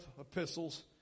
epistles